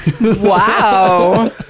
Wow